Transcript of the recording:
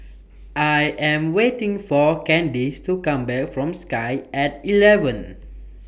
I Am waiting For Candis to Come Back from Sky At eleven